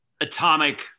atomic